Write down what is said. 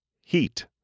Heat